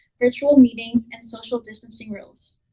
virtual meetings and social distancing rules.